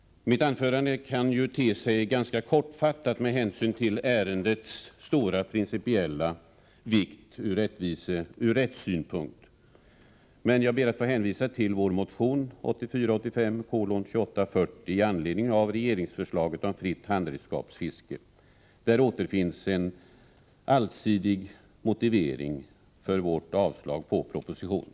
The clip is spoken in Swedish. Mitt anförande kan te sig ganska kortfattat, med hänsyn till ärendets stora principiella vikt ur rättssynpunkt. Jag ber emellertid att få hänvisa till vår motion 1984/85:2840 i anledning av regeringsförslaget om fritt handredskapsfiske. Där återfinns en allsidig motivering för vårt yrkande om avslag på propositionen.